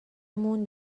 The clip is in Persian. مون